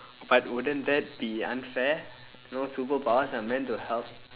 but wouldn't that be unfair you know superpowers are meant to help